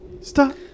Stop